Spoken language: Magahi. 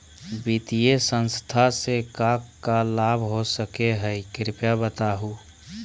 वित्तीय संस्था से का का लाभ हो सके हई कृपया बताहू?